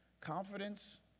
Confidence